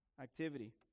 activity